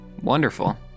Wonderful